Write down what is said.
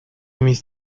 mis